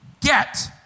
get